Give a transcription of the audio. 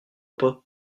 pas